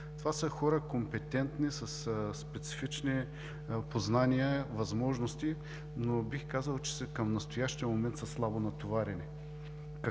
Това са хора компетентни, със специфични познания и възможности, но бих казал, че към настоящия момент са слабо натоварени.